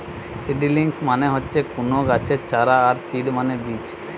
seedlings মানে হচ্ছে কুনো গাছের চারা আর সিড মানে বীজ